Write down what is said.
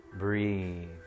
Breathe